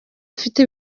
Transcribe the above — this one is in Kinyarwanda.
afite